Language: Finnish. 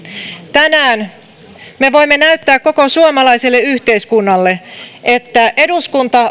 tänään me voimme näyttää koko suomalaiselle yhteiskunnalle että eduskunta